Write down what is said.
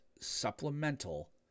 supplemental